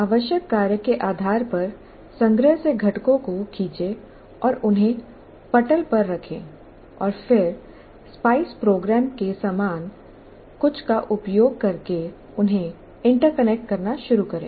आवश्यक कार्य के आधार पर संग्रह से घटकों को खींचे और उन्हें पटल पर रखें और फिर स्पाइस प्रोग्राम के समान कुछ का उपयोग करके उन्हें इंटरकनेक्ट करना शुरू करें